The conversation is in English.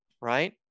Right